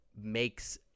makes